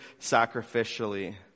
sacrificially